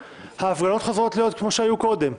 ההפגנות חוזרות להיות כמו שהיו קודם,